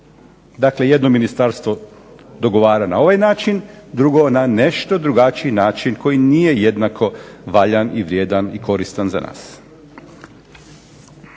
Dakle, jedno ministarstvo dogovara na ovaj način, drugo na nešto drugačiji način koji nije jednako valjan i vrijedan i koristan za nas.